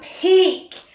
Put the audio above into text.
peak